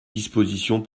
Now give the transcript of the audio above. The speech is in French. dispositions